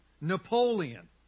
Napoleon